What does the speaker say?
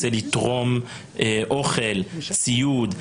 רוצה לתרום אוכל או ציוד,